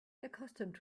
accustomed